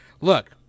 look